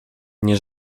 nie